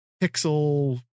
pixel